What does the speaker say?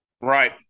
Right